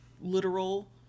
literal